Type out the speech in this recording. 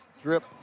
Drip